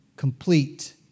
Complete